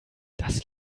das